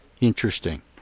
Interesting